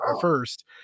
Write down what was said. first